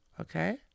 okay